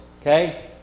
okay